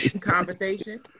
conversation